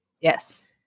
Yes